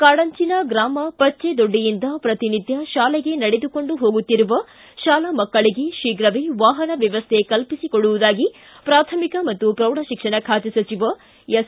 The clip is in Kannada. ಕಾಡಂಚಿನ ಗ್ರಾಮ ಪಜ್ಜೇದೊಡ್ಡಿಯಿಂದ ಪ್ರತನಿತ್ಯ ಶಾಲೆಗೆ ನಡೆದುಕೊಂಡು ಹೋಗುತ್ತಿರುವ ಶಾಲಾ ಮಕ್ಕಳಿಗೆ ಶೀಘವೇ ವಾಹನ ವ್ಯವಸ್ಥೆ ಕಲ್ಪಿಸಿಕೊಡುವುದಾಗಿ ಪ್ರಾಥಮಿಕ ಪ್ರೌಢಶಿಕ್ಷಣ ಖಾತೆ ಸಚಿವ ಎಸ್